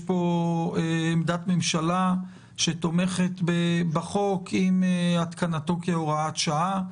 יש פה עמדת ממשלה שתומכת בהצעת החוק עם התקנתה כהוראת שעה.